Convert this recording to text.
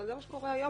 אבל זה מה שקורה היום,